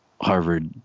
Harvard